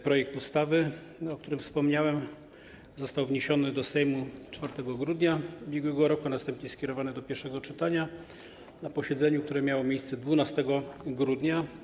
Projekt ustawy, o którym wspomniałem, został wniesiony do Sejmu 4 grudnia ub.r., a następnie skierowany do pierwszego czytania na posiedzeniu, które miało miejsce 12 grudnia.